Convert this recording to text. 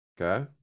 Okay